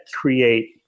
create